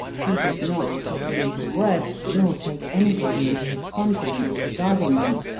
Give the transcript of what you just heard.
he did not put them into words nor take anybody into his confidence regarding them.